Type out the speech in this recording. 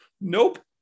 Nope